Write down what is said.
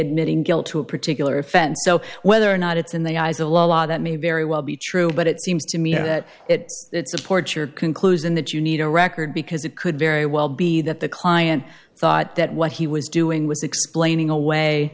admitting guilt to a particular offense so whether or not it's in the eyes of law that may very well be true but it seems to me that it supports your conclusion that you need a record because it could very well be that the client thought that what he was doing was explaining away